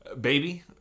baby